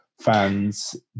fans